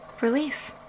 Relief